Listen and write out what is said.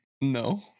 No